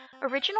Original